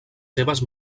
seves